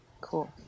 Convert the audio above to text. Cool